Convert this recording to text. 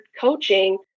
coaching